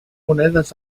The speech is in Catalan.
monedes